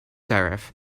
serif